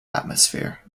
atmosphere